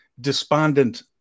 despondent